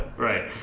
right.